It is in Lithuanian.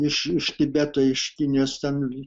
iš iš tibeto iš kinijos ten